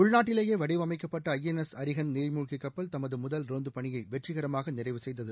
உள்நாட்டிலேயே வடிவமைக்கப்பட்ட I N S Arihant நீர்மூழ்கி கப்பல் தமது முதல் ரோந்துப் பணியை வெற்றிகரமாக நிறைவு செய்தது